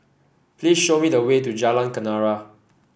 please show me the way to Jalan Kenarah